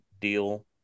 deal